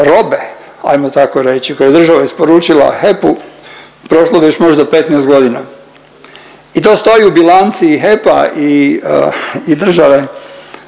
robe, ajmo tako reći koju je država isporučila HEP-u prošlo već možda 15 godina. I to stoji u bilanci i HEP-a i države sve